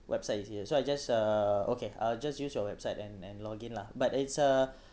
website is it so I just uh okay I'll just use your website and and login lah but it's uh